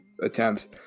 attempts